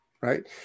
right